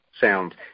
sound